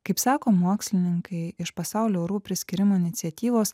kaip sako mokslininkai iš pasaulio orų priskyrimo iniciatyvos